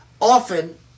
Often